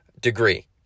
degree